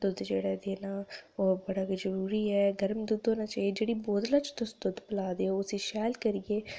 जेह्ड़ा ऐ ओह् बड़ा गै जरूरी ऐ गर्म दुद्ध होना चाहिदा जेह्ड़ी बोतला च तुस दुद्ध पलांदे ओ ते शैल करियै